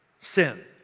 sin